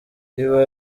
iba